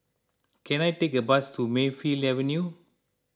can I take a bus to Mayfield Avenue